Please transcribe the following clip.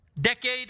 decade